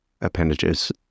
appendages